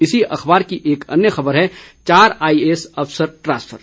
इसी अख़बार की एक अन्य ख़बर है चार आईएएस अफसर ट्रांसफर